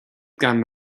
gan